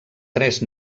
tres